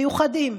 מיוחדים,